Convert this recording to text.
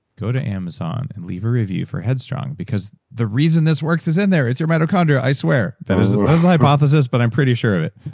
go to amazon and leave a review for head strong, because the reason this works is in there. it's your mitochondria, i swear. that is my hypothesis, but i'm pretty sure of it.